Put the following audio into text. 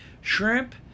Shrimp